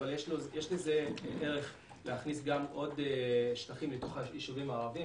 אבל יש לזה ערך להכניס עוד שטחים לתוך היישובים הערביים,